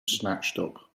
snatched